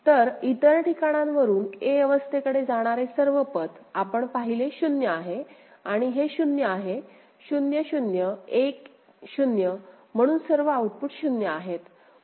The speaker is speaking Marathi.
तरइतर ठिकाणांवरून a अवस्थेकडे जाणारे सर्व पथ आपण पाहिले 0 आहे आणि हे 0 आहे 0 0 1 0 म्हणून सर्व आऊटपुट 0 आहेत